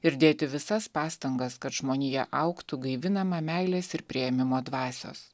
ir dėti visas pastangas kad žmonija augtų gaivinama meilės ir priėmimo dvasios